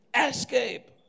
Escape